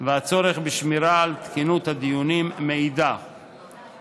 גיסא ובין הצורך בשמירה על תקינות הדיונים מאידך גיסא.